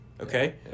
okay